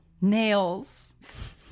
Nails